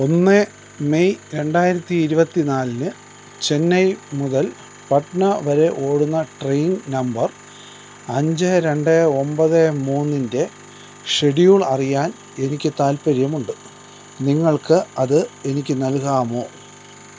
ഒന്ന് മെയ് രണ്ടായിരത്തി ഇരുപത്തി നാലിന് ചെന്നൈ മുതൽ പട്ന വരെ ഓടുന്ന ട്രെയിൻ നമ്പർ അഞ്ച് രണ്ട് ഒമ്പത് മൂന്നിൻ്റെ ഷെഡ്യൂൾ അറിയാൻ എനിക്ക് താൽപ്പര്യമുണ്ട് നിങ്ങൾക്ക് അത് എനിക്ക് നൽകാമോ